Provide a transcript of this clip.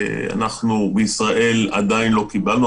בישראל עדיין לא קיבלנו.